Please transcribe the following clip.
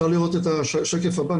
השקף הבא.